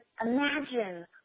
imagine